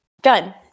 done